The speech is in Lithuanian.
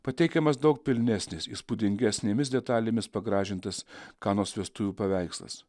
pateikiamas daug pilnesnis įspūdingesnėmis detalėmis pagražintas kanos vestuvių paveikslas